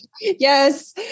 Yes